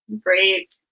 great